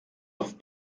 auf